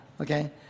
okay